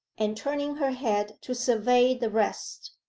and turning her head to survey the rest,